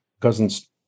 cousin's